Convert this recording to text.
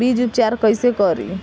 बीज उपचार कईसे करी?